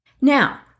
Now